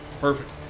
Perfect